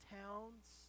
towns